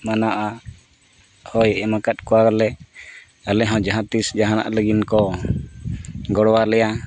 ᱢᱮᱱᱟᱜᱼᱟ ᱦᱳᱭ ᱮᱢ ᱟᱠᱟᱫ ᱠᱚᱣᱟᱞᱮ ᱟᱞᱮ ᱦᱚᱸ ᱡᱟᱦᱟᱸ ᱛᱤᱥ ᱡᱟᱦᱟᱱᱟᱜ ᱞᱟᱹᱜᱤᱫ ᱠᱚ ᱜᱚᱲᱚ ᱟᱞᱮᱭᱟ